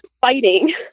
fighting